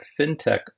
FinTech